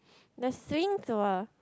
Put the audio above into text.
the swings were